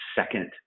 second